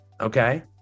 okay